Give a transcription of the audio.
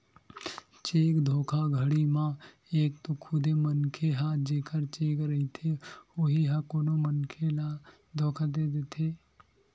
cheque धोखाघड़ी म एक तो खुदे मनखे ह जेखर चेक रहिथे उही ह कोनो मनखे ल धोखा दे देथे